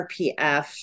RPF